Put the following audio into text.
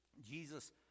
Jesus